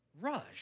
rush